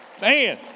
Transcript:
Man